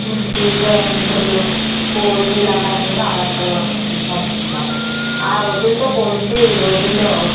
ఈ మిక్సీ గ్రైండర్లు ఓవెన్లు ఇలాంటి వాటిమీద ఆధారపడవలసి వస్తుంది మాట ఆ రోజులతో పోలిస్తే ఈ రోజుల్లో